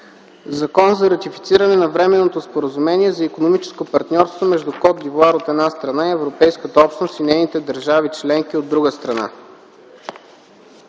Закон за ратифициране на Временното споразумение за икономическо партньорство между Кот д’Ивоар, от една страна, и Европейската общност и нейните държави членки, от друга страна,